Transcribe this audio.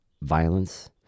Violence